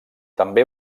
també